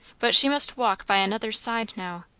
but she must walk by another's side now.